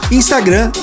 instagram